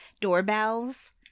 doorbells